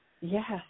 Yes